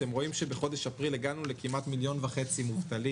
אתם רואים שבחודש אפריל הגענו לכמיליון וחצי מובטלים.